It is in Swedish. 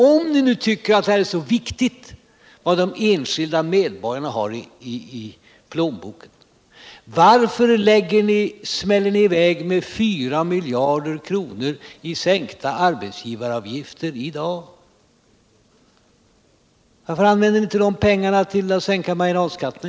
Om ni nu tycker att det är så viktigt hur mycket de enskilda medborgarna har i plånboken, varför smäller ni då i dag i väg med 4 miljarder kronor i sänkta arbetsgivaravgifter? Varför använder ni i så fall inte de pengarna till att sänka marginalskatterna?